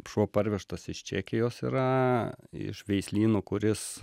šuo parvežtas iš čekijos yra iš veislyno kuris